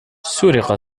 سُرقت